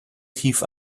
definitiv